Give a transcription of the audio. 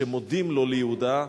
שמודים לו ליהודה,